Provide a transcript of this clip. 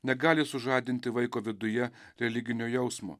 negali sužadinti vaiko viduje religinio jausmo